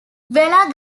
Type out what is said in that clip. vella